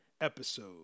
episode